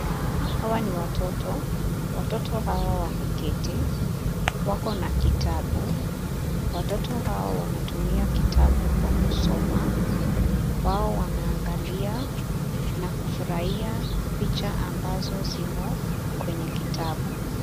Hawa ni watoto, watoto hawa wameketi, wako na kitabu. Watoto hawa wanatumia kitabu kwa kusoma, wao wanaangalia na kufurahia picha ambazo zimo kwenye kitabu.